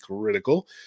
critical